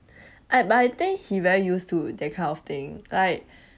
I but I think he very used to that kind of thing like